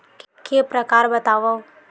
के प्रकार बतावव?